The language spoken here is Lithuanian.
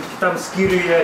kitam skyriuje